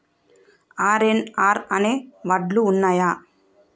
RNR అనే వడ్లు ఉన్నయా?